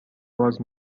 باز